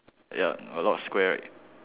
ya a lot of square right